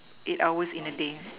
eight hours in a day